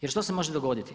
Jer što se može dogoditi?